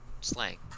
Slang